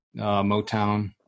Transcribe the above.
Motown